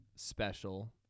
special